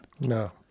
No